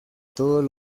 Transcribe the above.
todos